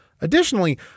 Additionally